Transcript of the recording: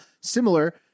Similar